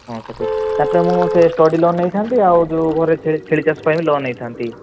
ହଁ ସାର୍ ତା'ପରେ ମୁଁ ସେ ଷ୍ଟଡି ଲୋନ୍ ନେଇଥାନ୍ତି ଆଉ ଯେଉଁ ଘରେ ଛେଳି ଛେଳି ଚାଷ ପାଇଁ ବି ଲୋନ୍ ନେଇଥାନ୍ତି